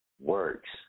works